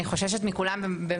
אני חוששת מכולם במידה שווה.